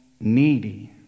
needy